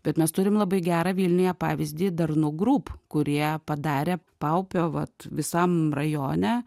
bet mes turim labai gerą vilniuje pavyzdį darnu group kurie padarė paupio vat visam rajone